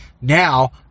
Now